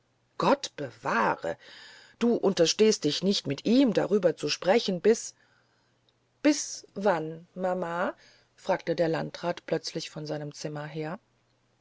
gott bewahre du unterstehst dich nicht mit ihm darüber zu sprechen bis bis wann mama fragte der landrat plötzlich von seinem zimmer her